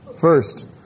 First